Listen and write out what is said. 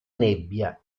nebbia